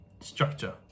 structure